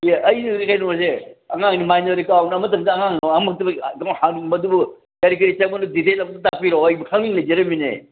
ꯑꯩꯁꯦ ꯍꯧꯖꯤꯛ ꯀꯩꯅꯣꯁꯦ ꯑꯉꯥꯡꯒꯤ ꯃꯥꯏꯅꯔ ꯑꯦꯀꯥꯎꯟ ꯑꯃꯇꯪꯗ ꯑꯉꯥꯡ ꯑꯃꯈꯛꯇꯪꯒꯤ ꯍꯥꯡꯅꯤꯡꯕ ꯑꯗꯨꯕꯨ ꯀꯔꯤ ꯀꯔꯤ ꯆꯪꯕꯅꯣ ꯗꯤꯇꯦꯜꯁ ꯑꯝꯇ ꯇꯥꯛꯄꯤꯔꯛꯑꯣ ꯑꯩꯕꯨ ꯈꯪꯅꯤꯡ ꯂꯩꯖꯔꯝꯃꯤꯅꯦ